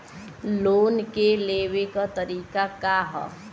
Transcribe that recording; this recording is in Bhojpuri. लोन के लेवे क तरीका का ह?